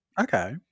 Okay